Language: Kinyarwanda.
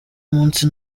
munsi